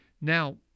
Now